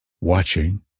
watching